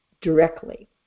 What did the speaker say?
directly